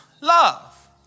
love